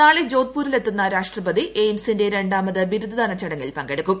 നാളെ ജോധ്പൂരിൽ എത്തുന്ന രാഷ്ട്രപതി എയിംസിന്റെ രണ്ടാമത് ബിരുദദാനചടങ്ങിൽ പങ്കെടുക്കും